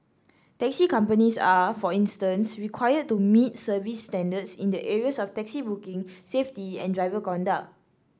taxi companies are for instance required to meet service standards in the areas of taxi booking safety and driver conduct